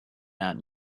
out